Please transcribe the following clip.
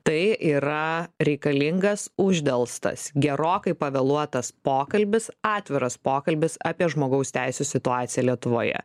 tai yra reikalingas uždelstas gerokai pavėluotas pokalbis atviras pokalbis apie žmogaus teisių situaciją lietuvoje